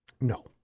No